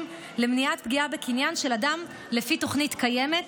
למניעת פגיעה בקניין של אדם לפי תוכנית קיימת,